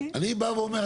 אני בא ואומר,